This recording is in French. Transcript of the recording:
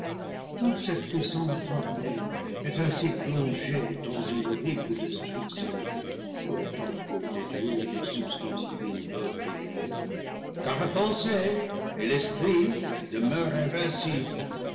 cette puissante armée est ainsi plongée dans une horrible destruc tion autant que des dieux et des substances divines peuvent périr car la pensée et l'esprit demeurent invincibles